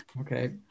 Okay